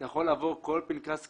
אתה יכול לעבור על כל פנקס כללי,